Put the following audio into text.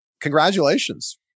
congratulations